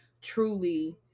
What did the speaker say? truly